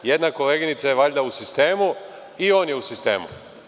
Jedna koleginica je valjda u sistemu i on je u sistemu.